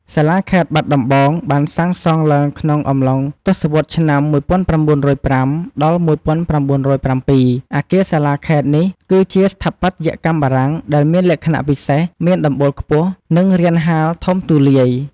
សាលាខេត្តបាត់ដំបង បានសាងសង់ឡើងក្នុងអំឡុងទសវត្សរ៍ឆ្នាំ ១៩០៥ ដល់ ១៩០៧ អគារសាលាខេត្តនេះ គឺជាស្ថាបត្យកម្មបារាំងដែលមានលក្ខណៈពិសេស មានដំបូលខ្ពស់ និងរានហាលធំទូលាយ។